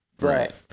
Right